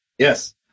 Yes